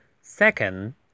Second